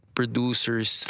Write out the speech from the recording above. producers